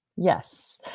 yes,